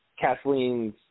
Kathleen's